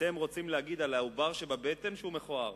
אתם רוצים להגיד על העובר בבטן שהוא מכוער.